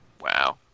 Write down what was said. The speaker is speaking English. Wow